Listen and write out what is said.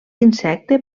insecte